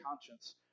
conscience